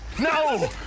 No